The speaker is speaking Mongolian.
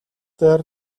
дээр